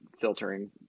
filtering